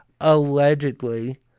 allegedly